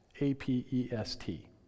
A-P-E-S-T